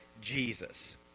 Jesus